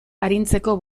arintzeko